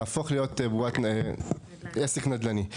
נהפוך להיות עסק נדל"ני.